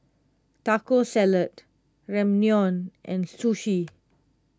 Taco Salad Ramyeon and Sushi